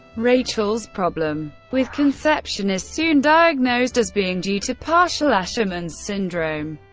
rachel's problem with conception is soon diagnosed as being due to partial asherman's syndrome,